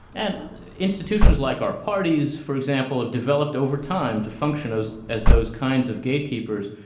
and institutions like our parties, for example, of developed over time to function as as those kinds of gatekeepers.